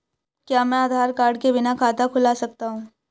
क्या मैं आधार कार्ड के बिना खाता खुला सकता हूं?